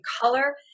color